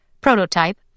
Prototype